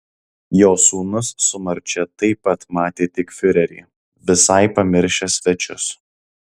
jo sūnus su marčia taip pat matė tik fiurerį visai pamiršę svečius